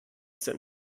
sind